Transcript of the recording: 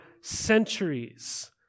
centuries